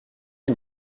une